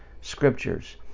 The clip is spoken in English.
scriptures